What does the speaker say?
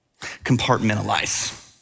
compartmentalize